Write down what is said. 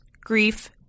grief